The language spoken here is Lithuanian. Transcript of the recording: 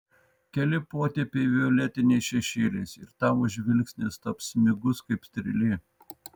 keli potėpiai violetiniais šešėliais ir tavo žvilgsnis taps smigus kaip strėlė